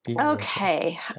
Okay